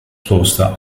kloster